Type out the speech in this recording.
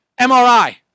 MRI